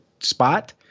spot